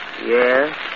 Yes